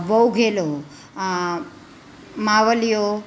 વહુઘેલો માવલીઓ